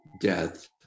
death